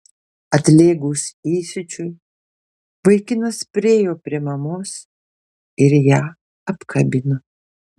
atlėgus įsiūčiui vaikinas priėjo prie mamos ir ją apkabino